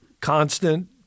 constant